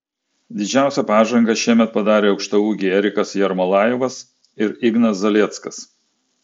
didžiausią pažangą šiemet padarė aukštaūgiai erikas jermolajevas ir ignas zalieckas